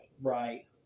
Right